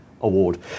Award